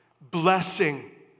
Blessing